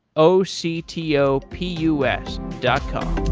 o c t o p u s dot com.